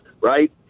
right